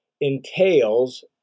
entails